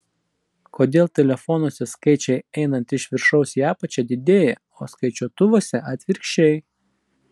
kodėl telefonuose skaičiai einant iš viršaus į apačią didėja o skaičiuotuvuose atvirkščiai